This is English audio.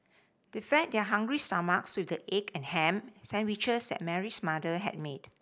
they fed their hungry stomachs with the egg and ham sandwiches that Mary's mother had made